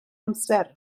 amser